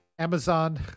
Amazon